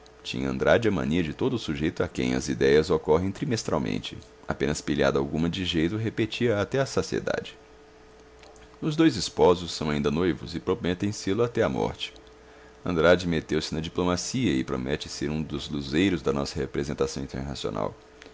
tinha andrade a mania de todo o sujeito a quem as idéias ocorrem trimestralmente apenas pilhada alguma de jeito repetia a até a saciedade os dois esposos são ainda noivos e prometem sê-lo até a morte andrade meteu-se na diplomacia e promete ser um dos luzeiros da nossa representação internacional